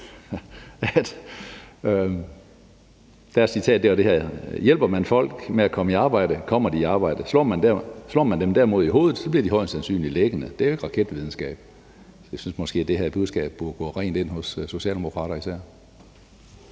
Cevea. Citatet er: Hjælper man folk med at komme i arbejde, kommer de i arbejde. Slår man dem derimod i hovedet, bliver de højst sandsynligt liggende. Det er jo ikke raketvidenskab. Jeg synes måske, det her budskab burde gå rent ind hos socialdemokrater især.